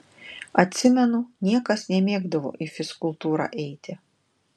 atsimenu niekas nemėgdavo į fizkultūrą eiti